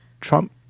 Trump